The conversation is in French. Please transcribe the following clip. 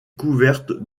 couverte